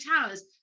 Towers